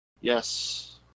Yes